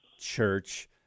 church